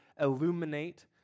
illuminate